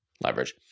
leverage